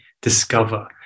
discover